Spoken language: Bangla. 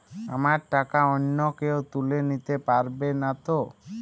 আমার টাকা অন্য কেউ তুলে নিতে পারবে নাতো?